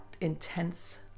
intense